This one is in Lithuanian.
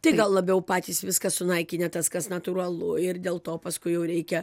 tai gal labiau patys viską sunaikinę tas kas natūralu ir dėl to paskui jau reikia